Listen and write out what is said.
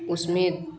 उसमें